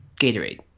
gatorade